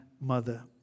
mother